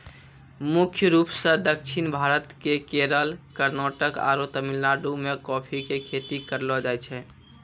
मुख्य रूप सॅ दक्षिण भारत के केरल, कर्णाटक आरो तमिलनाडु मॅ कॉफी के खेती करलो जाय छै